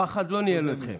הפחד לא ניהל אתכם.